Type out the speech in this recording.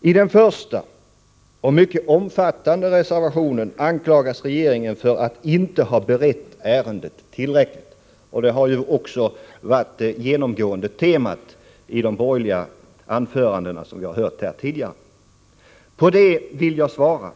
I den första och mycket omfattande reservationen anklagas regeringen för att inte ha berett ärendet tillräckligt. Detta har också varit det genomgående temat i de borgerliga anföranden vi hört här tidigare. På det vill jag svara